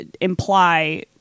imply